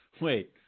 Wait